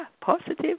Positive